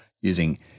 using